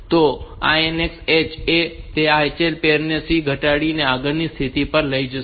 તો આ INX H છે તે આ HL પૅર ને C ઘટાડીને આગળની સ્થિતિ પર લઈ જશે